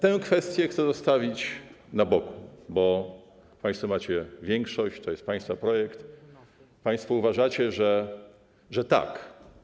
Ale tę kwestię chcę zostawić na boku, bo państwo macie większość, to jest państwa projekt, państwo uważacie, że tak.